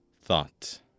Thought